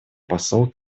посол